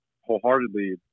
wholeheartedly